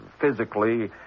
physically